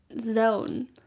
zone